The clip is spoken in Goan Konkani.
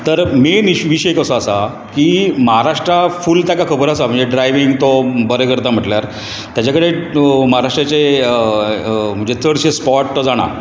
तर मेन विशय कसो आसा की महाराष्ट्रा फुल तेका खबर आसा म्हणजे ड्रायविंग तो बरें करता म्हटल्यार तेजे कडेन महाराष्ट्राचे म्हणजे चडशें स्पोट तो जाणां